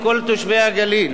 לכל תושבי הגליל.